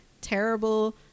terrible